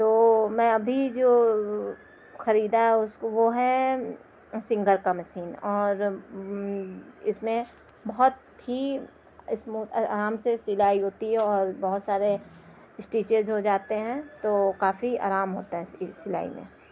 تو میں ابھی جو خریدا ہے اس وہ ہے سنگر کا مسین اور اس میں بہت ہی اسموتھ اور آرام سے سلائی ہوتی ہے اور بہت سارے اسٹیچز ہو جاتے ہیں تو کافی آرام ہوتا ہے اس اس سلائی میں